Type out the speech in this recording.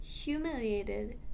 humiliated